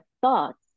thoughts